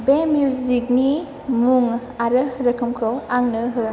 बे मिउजिकनि मुं आरो रोखोमखौ आंनो हो